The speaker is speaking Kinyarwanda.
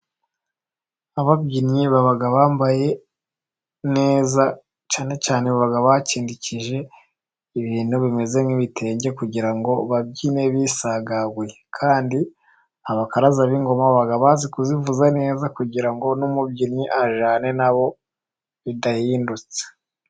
Ababyinnyi baba bambaye neza, cyane cyane baba bakindikije ibintu bimeze nk'ibitenge, kugira ngo babyine bisagaguye. Kandi abakaraza b'ingoma baba bazi kuzivuza neza kugira ngo n'umubyinnyi ajyane nabo bidahindutse.